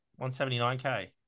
179K